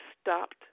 stopped